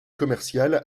commerciale